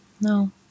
No